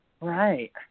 Right